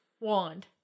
wand